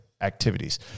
activities